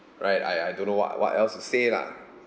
right I I don't know what what else to say lah